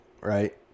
right